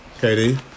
Katie